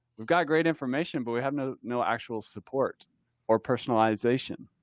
we've got great information, but we have no, no actual support or personalization.